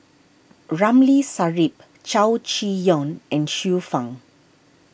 Ramli Sarip Chow Chee Yong and Xiu Fang